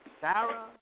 Sarah